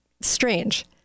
Strange